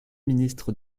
ministre